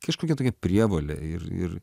kažkokia tokia prievolė ir ir